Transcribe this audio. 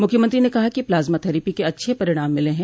मुख्यमंत्री ने कहा कि प्लाज्मा थेरेपी के अच्छे परिणाम मिले हैं